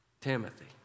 timothy